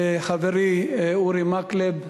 חברי אורי מקלב,